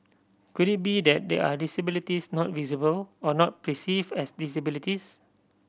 could it be that there are disabilities not visible or not perceive as disabilities